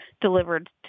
delivered